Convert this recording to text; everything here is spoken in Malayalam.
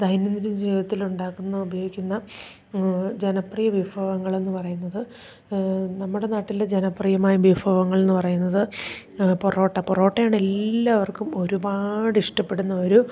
ദൈനംദിന ജീവിതത്തിലുണ്ടാക്കുന്ന ഉപയോഗിക്കുന്ന ജനപ്രിയ വിഭവങ്ങളെന്നു പറയുന്നത് നമ്മുടെ നാട്ടിലെ ജനപ്രിയമായ വിഭവങ്ങൾ എന്നു പറയുന്നത് പൊറോട്ട പൊറോട്ടയാണെല്ലാവർക്കും ഒരുപാടിഷ്ടപ്പെടുന്നൊരു